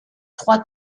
trois